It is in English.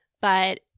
but-